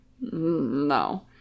No